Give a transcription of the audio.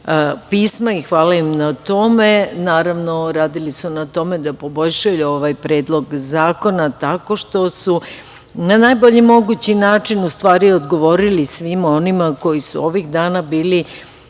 pisma. Hvala im na tome. Naravno, radili su na tome da poboljšaju ovaj predlog zakona tako što su na najbolji mogući način u stvari odgovorili svima onima koji su ovih dana bili,